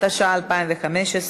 התשע"ה 2015,